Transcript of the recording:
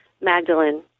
Magdalene